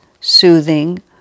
soothing